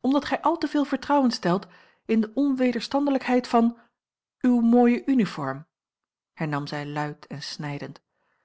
omdat gij al te veel vertrouwen stelt in de onwederstandelijkheid van uw mooie uniform hernam zij luid en snijdend